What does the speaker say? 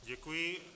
Děkuji.